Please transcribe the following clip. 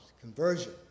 conversion